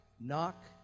Knock